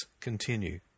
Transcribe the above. continue